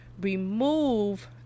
remove